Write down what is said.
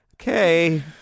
okay